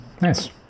Nice